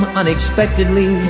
unexpectedly